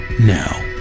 now